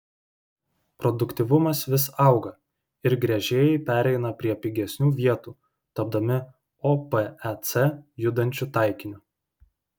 produktyvumas vis auga ir gręžėjai pereina prie pigesnių vietų tapdami opec judančiu taikiniu